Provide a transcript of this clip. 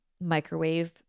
microwave